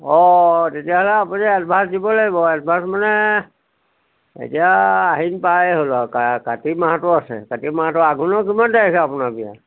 অঁ তেতিয়াহ'লে আপুনি এডভাঞ্চ দিব লাগিব এডভাঞ্চ মানে এতিয়া আহিন পায় হ'ল কাতি মাহটো আছে কাতি মাহটো আঘোনো কিমান তাৰিখে আপোনাৰ বিয়া